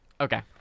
okay